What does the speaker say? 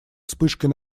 вспышкой